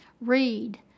Read